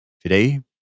today